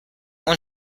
when